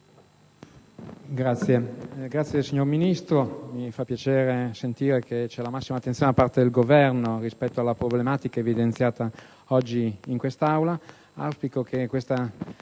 ringrazio il signor Ministro. Mi fa piacere sentire che vi è la massima attenzione da parte del Governo rispetto alla problematica evidenziata oggi in Aula.